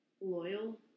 Loyal